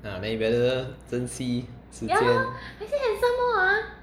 ah then you better 珍惜时间